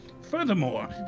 Furthermore